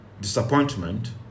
disappointment